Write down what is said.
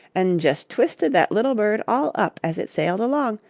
an' jest twisted that little bird all up as it sailed along,